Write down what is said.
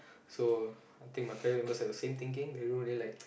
so I think my family members have the same thinking they don't really like